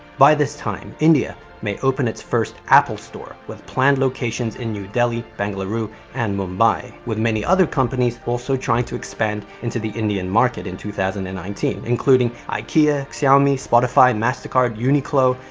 by this time, india may open its first apple store, with planned locations in new delhi, bengaluru, and mumbai, with many other companies also trying to expand into the indian market in two thousand and nineteen, including ikea, xiaomi, spotify, mastercard, uniqlo,